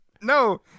No